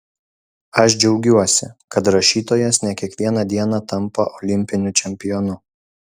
aš džiaugiuosi kad rašytojas ne kiekvieną dieną tampa olimpiniu čempionu